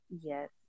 Yes